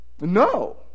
no